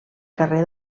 carrer